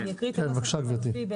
כן בבקשה גברתי.